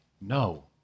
No